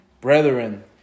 Brethren